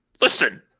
listen